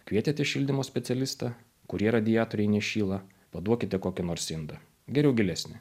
kvietėte šildymo specialistą kurie radiatoriai nešyla paduokite kokį nors indą geriau gilesni